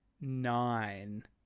nine